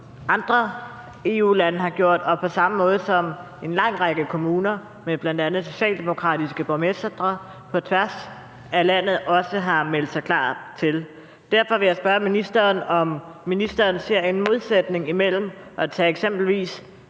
andre EU-lande har gjort, og på samme måde som en lang række kommuner med bl.a. socialdemokratiske borgmestre på tværs af landet også har meldt sig klar til. Derfor vil jeg spørge ministeren, om ministeren ser en modsætning imellem at tage eksempelvis